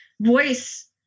voice